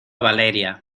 valeria